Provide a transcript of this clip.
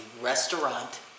restaurant